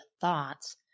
thoughts